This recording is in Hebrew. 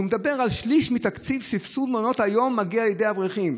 שאומר: "שליש מתקציב סבסוד מעונות היום מגיע לידי האברכים".